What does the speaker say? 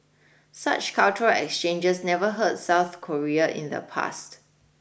such cultural exchanges never hurt South Korea in the past